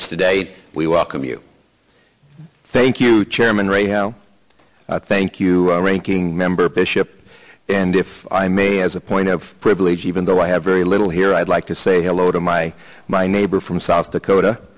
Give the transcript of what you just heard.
us today we welcome you thank you chairman ray how i thank you ranking member of this ship and if i may as a point of privilege even though i have very little here i'd like to say hello to my my neighbor from south dakota